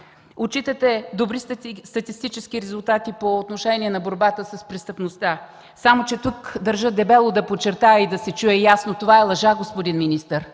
Отчитате добри статистически резултати по отношение на борбата с престъпността, само че тук държа дебело да подчертая и да се чуе ясно: това е лъжа, господин министър,